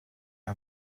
are